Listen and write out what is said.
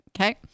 Okay